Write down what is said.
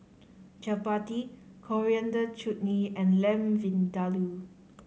Chapati Coriander Chutney and Lamb Vindaloo